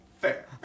Fair